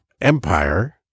empire